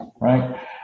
right